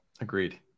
agreed